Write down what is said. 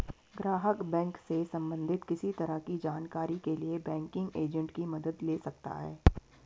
ग्राहक बैंक से सबंधित किसी तरह की जानकारी के लिए बैंकिंग एजेंट की मदद ले सकता है